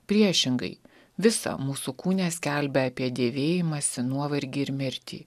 priešingai visą mūsų kūne skelbia apie dėvėjimąsi nuovargį ir mirtį